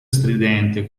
stridente